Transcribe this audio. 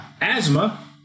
asthma